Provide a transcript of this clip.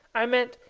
i meant,